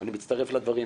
אני מצטרף לדברים